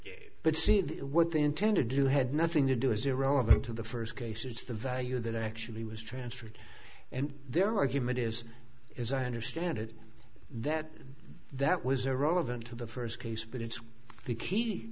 gave but see the what they intend to do had nothing to do is irrelevant to the first case or to the value that actually was transferred and their argument is is i understand it that that was irrelevant to the first case but it's the key